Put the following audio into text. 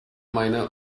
meine